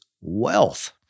wealth